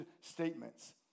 statements